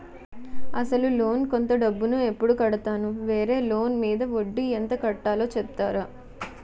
అసలు లోన్ లో కొంత డబ్బు ను ఎప్పుడు కడతాను? వేరే లోన్ మీద వడ్డీ ఎంత కట్తలో చెప్తారా?